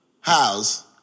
house